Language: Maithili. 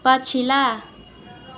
पछिला